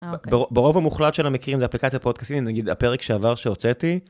ברוב המוחלט של המקרים זה אפליקציה פודקאסים נגיד הפרק שעבר שהוצאתי.